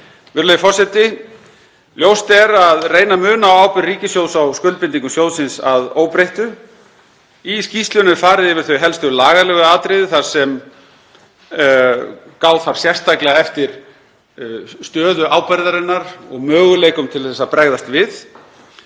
um langt skeið. Ljóst er að reyna mun á ábyrgð ríkissjóðs á skuldbindingum sjóðsins að óbreyttu. Í skýrslunni er farið yfir þau helstu lagalegu atriði og gá þarf sérstaklega að stöðu ábyrgðarinnar og möguleikum til að bregðast við,